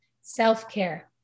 Self-care